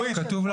אורית,